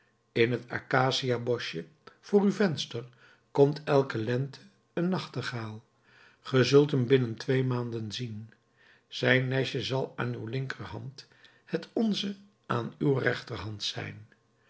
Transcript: in het acaciaboschje voor uw venster komt elke lente een nachtegaal ge zult hem binnen twee maanden zien zijn nestje zal aan uw linkerhand het onze aan uw rechterhand zijn